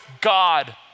God